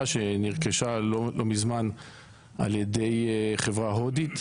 שנרכשה לא מזמן על ידי חברה הודית,